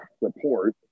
report